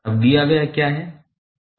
अब दिया गया क्या है